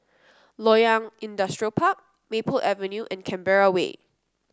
Loyang Industrial Park Maple Avenue and Canberra Way